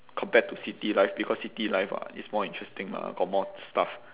compared to city life because city life uh is more interesting lah got more stuff